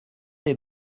des